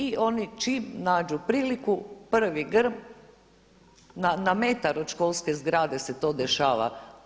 I oni čim nađu priliku prvi grm, na metar od školske zgrade se to dešava.